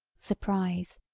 surprise,